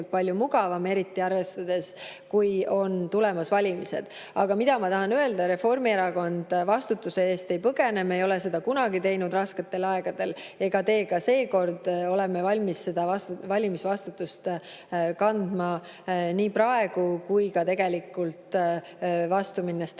palju mugavam, eriti arvestades, et on tulemas valimised. Aga ma tahan öelda, et Reformierakond vastutuse eest ei põgene. Me ei ole seda kunagi teinud rasketel aegadel ega tee ka seekord. Oleme valmis seda valimisvastutust kandma, nii praegu kui ka vastu minnes talvele